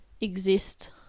exist